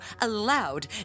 allowed